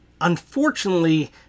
Unfortunately